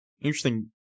interesting